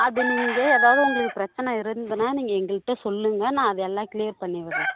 அப்படி நீங்கள் ஏதாவது உங்களுக்கு பிரச்சனை இருந்துதுனால் நீங்கள் எங்கள்கிட்ட சொல்லுங்க நான் அதை எல்லாம் கிளியர் பண்ணி விடறேன்